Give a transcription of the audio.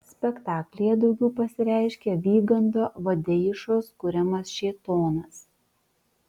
spektaklyje daugiau pasireiškia vygando vadeišos kuriamas šėtonas